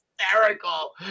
hysterical